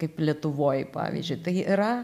kaip lietuvoj pavyzdžiui tai yra